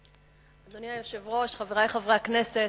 אדוני היושב-ראש, חברי חברי הכנסת,